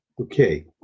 Okay